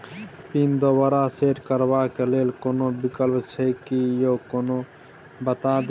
Pin दोबारा set करबा के लेल कोनो विकल्प छै की यो कनी बता देत?